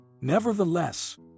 Nevertheless